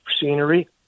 scenery